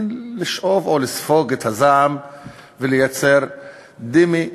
לשאוב או לספוג את הזעם ולייצר דמה,